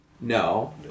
No